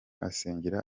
asengera